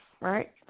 right